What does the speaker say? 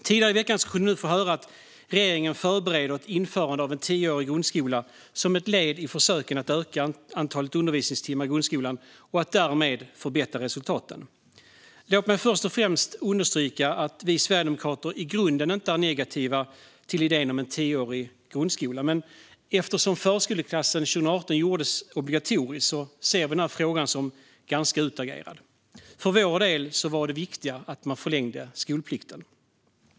Tidigare i veckan kunde vi höra att regeringen förbereder ett införande av en tioårig grundskola som ett led i försöken att öka antalet undervisningstimmar i grundskolan och att därmed förbättra resultaten. Låt mig först och främst understryka att vi sverigedemokrater i grunden inte är negativa till idén om en tioårig grundskola. Men eftersom förskoleklassen 2018 gjordes obligatorisk ser vi den här frågan som ganska utagerad. För vår del var det viktiga att man förlängde skolplikten.